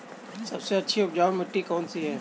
सबसे अच्छी उपजाऊ मिट्टी कौन सी है?